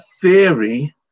theory